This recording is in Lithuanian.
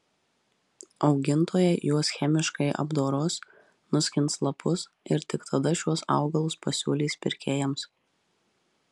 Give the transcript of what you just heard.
augintojai juos chemiškai apdoros nuskins lapus ir tik tada šiuos augalus pasiūlys pirkėjams